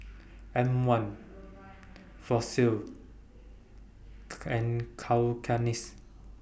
M one Fossil and Cakenis